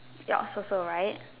yours also right